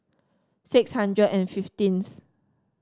six hundred and fifteenth